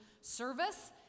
service